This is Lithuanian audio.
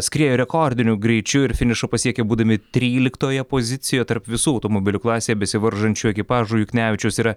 skriejo rekordiniu greičiu ir finišą pasiekė būdami tryliktoje pozicijoje tarp visų automobilių klasėje besivaržančių ekipažų juknevičius yra